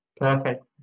perfect